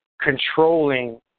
controlling